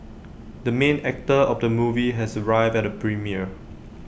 the main actor of the movie has arrived at the premiere